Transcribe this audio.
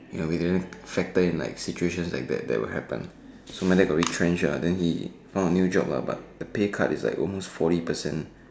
ya we didn't factor in like situations like that that would happen so my dad got retrenched lah and then he found a new job lah but the pay cut is like almost forty percent